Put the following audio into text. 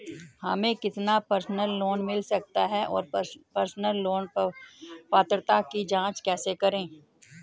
हमें कितना personal loan मिल सकता है और पर्सनल लोन पात्रता की जांच कैसे करें?